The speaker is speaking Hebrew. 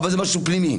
אבל זה משהו פנימי.